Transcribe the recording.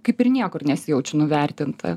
kaip ir niekur nesijaučiu nuvertinta